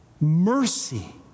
Mercy